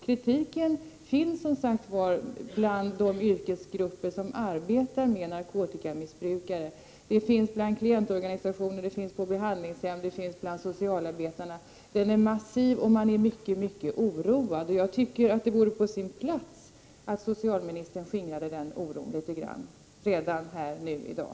Kritiken är massiv bland de yrkesgrupper som arbetar med narkotikamissbrukare, bland klientorganisationer, på behandlingshem och bland socialarbetare, vilka är mycket oroade. Det vore på sin plats att socialministern skingrade oron litet grand redan här i dag.